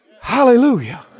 Hallelujah